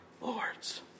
Lords